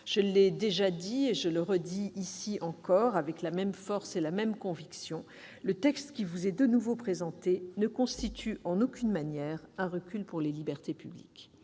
Je l'ai déjà dit, et je le redis ici avec la même force et la même conviction : le texte qui vous est présenté ne constitue en aucune manière un recul pour les libertés publiques.